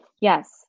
Yes